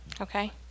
Okay